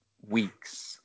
weeks